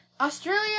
Australia